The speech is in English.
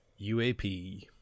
UAP